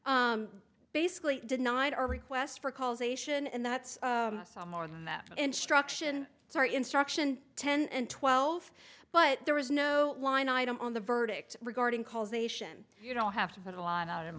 basically denied our request for calls ation and that's more than that instruction it's our instruction ten and twelve but there is no line item on the verdict regarding causation you don't have to put a lot out in